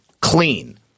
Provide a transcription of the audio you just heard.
clean